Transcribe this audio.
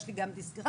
יש לי גם דיסגרפיה.